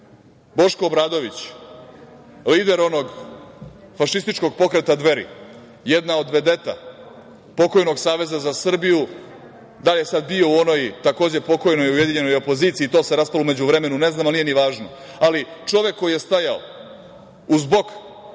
Boško Obradović, lider onog fašističkog pokreta Dveri, jedna od vedeta pokojnog Saveza za Srbiju, da li je sad bio u onoj, takođe pokojnoj, ujedinjenoj opoziciji, to se raspalo u međuvremenu, ne znam, ali nije ni važno, ali čovek koji je stajao uz bok